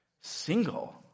Single